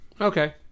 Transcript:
Okay